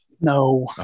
No